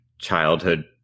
childhood